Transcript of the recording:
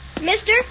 Mister